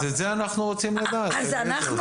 אז את זה אנחנו רוצים לדעת, אליעזר.